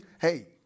Hey